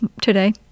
today